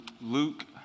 Luke